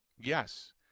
Yes